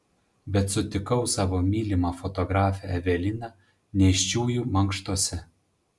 bet sutikau savo mylimą fotografę eveliną nėščiųjų mankštose